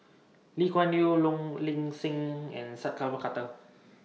Lee Kuan Yew Low Ling Sing and Sat Pal Khattar